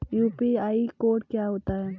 UPI code क्या होता है?